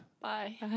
Bye